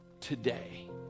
today